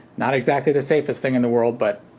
not exactly the safest thing in the world but,